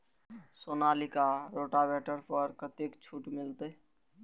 Sonalika rotavator पर कतेक छूट मिलते?